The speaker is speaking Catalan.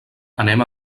anem